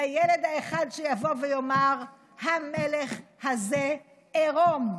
לילד האחד שיבוא ויאמר: המלך הזה עירום.